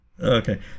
Okay